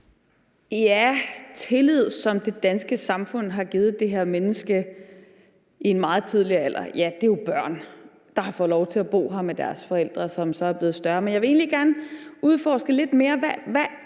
»Tillid, som det danske samfund har givet det her menneske i en meget tidlig alder« – ja, det er jo børn, der har fået lov til at bo her med deres forældre, som så er blevet større. Men jeg vil egentlig gerne udforske det lidt mere. Når